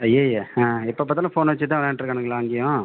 ஐயய்ய ஆ எப்போ பார்த்தாலும் ஃபோனை வச்சுட்டுதான் விளையாண்ட்டுருக்கானுங்களா அங்கேயும்